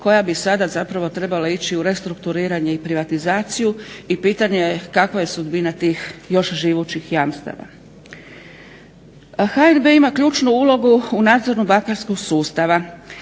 koja bi sada trebala ići u restrukturiranje i privatizaciju i pitanje je kakva je sudbina tih još živućih jamstava. HNB ima ključnu ulogu u nadzoru bankarskog sustava